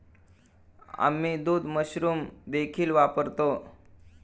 आम्ही दूध मशरूम देखील वापरतो